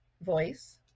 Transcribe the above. voice